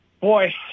Boy